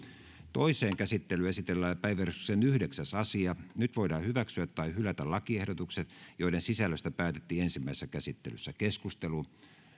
toiseen käsittelyyn esitellään päiväjärjestyksen yhdeksäs asia nyt voidaan hyväksyä tai hylätä lakiehdotukset joiden sisällöstä päätettiin ensimmäisessä käsittelyssä